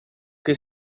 che